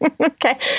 Okay